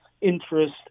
interest